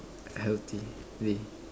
healthily